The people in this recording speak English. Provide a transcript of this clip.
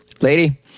lady